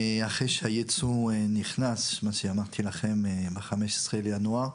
אחרי שהייצוא נכנס, מה שאמרתי לכם, ב-15 בינואר,